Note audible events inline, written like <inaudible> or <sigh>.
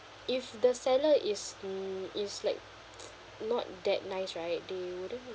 if the seller is mm is like <noise> not that nice right they wouldn't